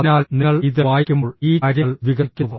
അതിനാൽ നിങ്ങൾ ഇത് വായിക്കുമ്പോൾ ഈ കാര്യങ്ങൾ വികസിക്കുന്നു